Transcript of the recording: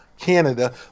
canada